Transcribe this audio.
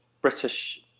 british